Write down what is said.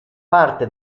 parte